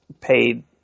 paid